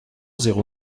zéro